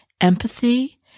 empathy